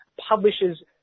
publishes